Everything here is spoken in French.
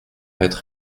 être